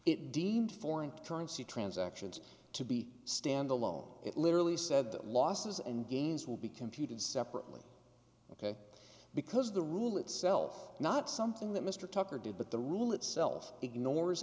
it deemed foreign currency transactions to be standalone it literally said that losses and gains will be computed separately ok because the rule itself not something that mr tucker did but the rule itself ignores